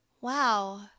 Wow